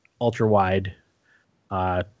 ultra-wide